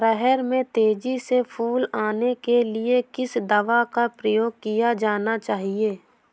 अरहर में तेजी से फूल आने के लिए किस दवा का प्रयोग किया जाना चाहिए?